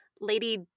lady